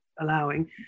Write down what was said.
allowing